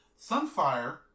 Sunfire